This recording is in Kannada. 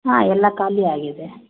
ಹಾಂ ಎಲ್ಲ ಖಾಲಿ ಆಗಿದೆ